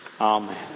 Amen